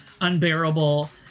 unbearable